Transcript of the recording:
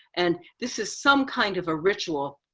and this is some kind of a ritual.